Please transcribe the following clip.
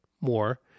more